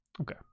okay